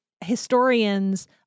historians